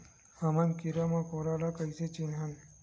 हमन कीरा मकोरा ला कइसे चिन्हन?